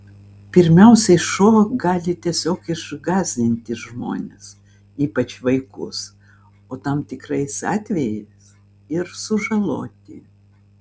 pirmiausiai šuo gali tiesiog išgąsdinti žmones ypač vaikus o tam tikrais atvejais ir sužaloti